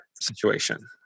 situation